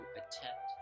attempt